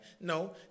no